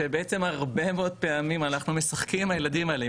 שבעצם הרבה מאוד פעמים אנחנו משחקים עם הילדים האלה,